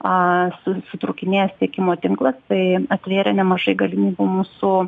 a su sutrūkinėjęs tiekimo tinklas tai atvėrė nemažai galimybių mūsų